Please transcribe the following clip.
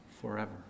forever